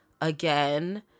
again